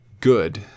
Good